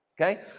Okay